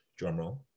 drumroll